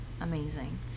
Amazing